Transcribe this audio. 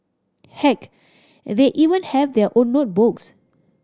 heck they even have their own notebooks